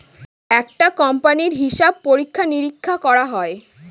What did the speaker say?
একটা কোম্পানির হিসাব পরীক্ষা নিরীক্ষা করা হয়